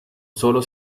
solo